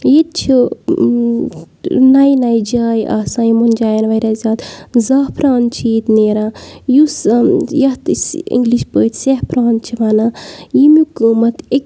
ییٚتہِ چھِ نَیہِ نَیہِ جایہِ آسان یِمَن جایَن واریاہ زیادٕ زعفران چھِ ییٚتہِ نیران یُس یَتھ أسۍ اِنٛگلِش پٲٹھۍ سٮ۪فران چھِ وَنان ییٚمیُک قۭمَتھ أکۍ